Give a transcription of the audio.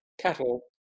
cattle